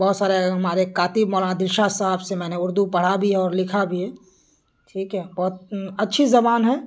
بہت سارے ہمارے کاتب مولانا دلشاد صاحب سے میں نے اردو پڑھا بھی ہے اور لکھا بھی ہے ٹھیک ہے بہت اچھی زبان ہے